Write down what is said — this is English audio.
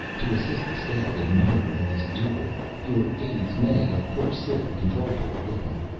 to assist the staff in monitoring this duel. your aides may, of course, sit at the control board with me.